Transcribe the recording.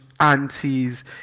Aunties